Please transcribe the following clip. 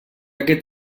aquest